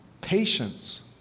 patience